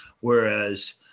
whereas